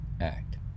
Act